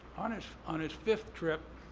on his on his fifth trip,